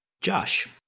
Josh